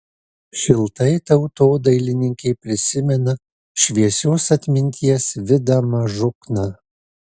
šiltai tautodailininkė prisimena šviesios atminties vidą mažukną